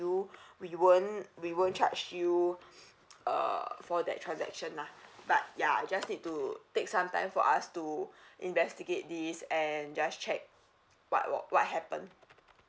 you we won't we won't charge you uh for that transaction lah but ya I just need to take some time for us to investigate this and just check what wh~ what happened